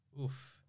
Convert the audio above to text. Oof